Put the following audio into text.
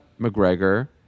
McGregor